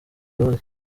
imbabazi